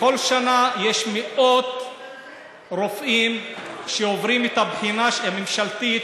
בכל שנה יש מאות רופאים שעוברים את הבחינה הממשלתית